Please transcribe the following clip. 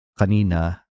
kanina